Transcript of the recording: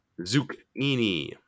zucchini